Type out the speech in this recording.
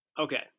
Okay